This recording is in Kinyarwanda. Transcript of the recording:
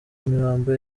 imirambo